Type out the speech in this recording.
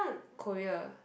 Korea